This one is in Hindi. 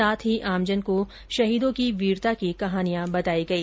साथ ही आमजन को शहीदों की वीरता की कहानियां बताई गई